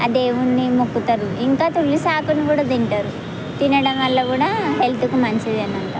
ఆ దేవున్ని మొక్కుతారు ఇంకా తులసి ఆకును కూడా తింటారు తినడం వల్ల కూడా హెల్త్కు మంచిది అంట